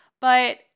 But-